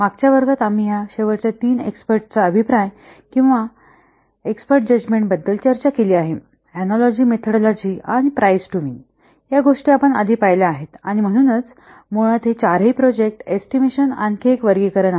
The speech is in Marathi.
मागच्या वर्गात आम्ही या शेवटच्या तीन एक्स्पर्टच्या अभिप्राय किंवा एक्सपेरी जजमेंट बद्दल चर्चा केली आहे अनालॉजि मेथड आणि प्राईस टू विन या गोष्टी आपण आधी पाहिल्या आहेत आणि म्हणूनच मुळात हे चारही प्रोजेक्ट एस्टिमेशन आणखी एक वर्गीकरण आहेत